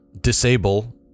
disable